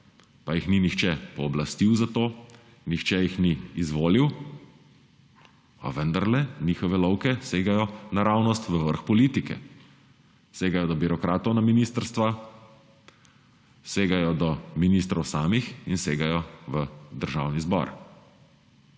Pa jih ni nihče pooblastil za to, nihče jih ni izvolil, a vendarle njihove lovke segajo naravnost v vrh politike. Segajo do birokratov na ministrstvih, segajo do ministrov samih in segajo v Državni zbor.